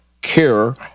care